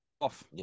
off